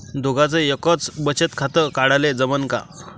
दोघाच एकच बचत खातं काढाले जमनं का?